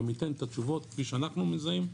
אני גם אתן את התשובות כפי שאנחנו מזהים,